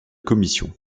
commission